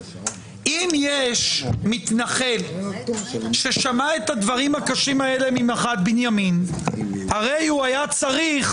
אם יש מתנחל ששמע את הדברים הקשים האלה ממח"ט בנימין הרי הוא היה צריך